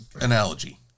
analogy